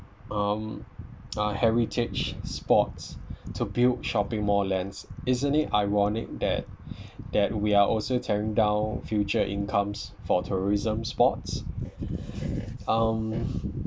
um heritage spots to build shopping mall lands isn't ironic that that we're also tearing down future incomes for tourism spots um